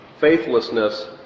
Faithlessness